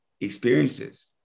experiences